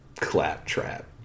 Claptrap